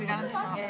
אולי, הלוואי,